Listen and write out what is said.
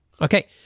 Okay